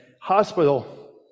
hospital